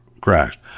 crashed